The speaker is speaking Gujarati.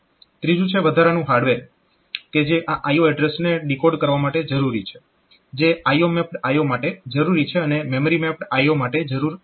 ત્રીજુ છે વધારાનું હાર્ડવેર કે જે આ IO એડ્રેસને ડીકોડ કરવા માટે જરૂરી છે જે IO મેપ્ડ IO માટે જરૂરી છે અને મેમરી મેપ્ડ IO માટે જરૂરી નથી